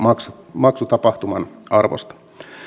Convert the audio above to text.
maksutapahtuman arvosta